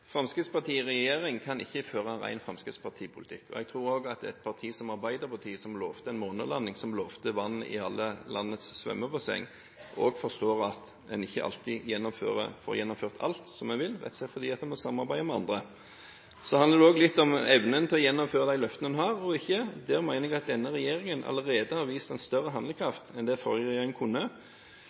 Fremskrittspartiet i regjering kan ikke føre en ren Fremskrittsparti-politikk. Jeg tror at et parti som Arbeiderpartiet, som lovte en månelanding, som lovte vann i alle landets svømmebassenger, også forstår at en ikke alltid får gjennomført alt en vil, rett og slett fordi en må samarbeide med andre. Så handler det også litt om evnen til å gjennomføre de løftene en har – og ikke. Der mener jeg at denne regjeringen allerede har vist en større handlekraft enn den forrige regjeringen. Jeg ser fram til å gjennomføre mye god Fremskrittsparti- og Høyre-politikk i regjering.